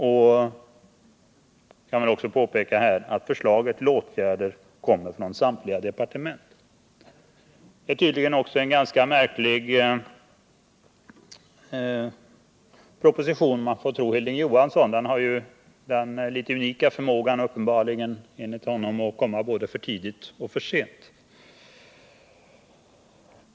Jag kan här påpeka att förslag till åtgärder kommer från samtliga departement. Detta är tydligen också en ganska märklig proposition — i varje fall om man får tro Hilding Johansson. Den har uppenbarligen den unika förmågan att både komma för tidigt och för sent.